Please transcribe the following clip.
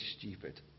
stupid